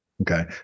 okay